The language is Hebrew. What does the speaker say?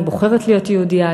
אני בוחרת להיות יהודייה,